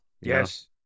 Yes